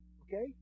Okay